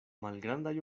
malgrandaj